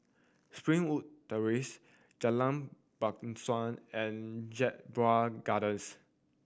Springwood Terrace Jalan Bangsawan and Jedburgh Gardens